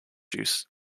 juice